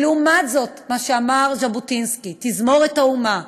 ולעומת זאת, מה שאמר ז'בוטינסקי: תזמורת האומה,